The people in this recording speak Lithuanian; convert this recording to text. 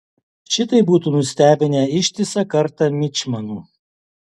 šitai būtų nustebinę ištisą kartą mičmanų